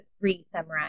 re-summarize